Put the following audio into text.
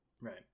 Right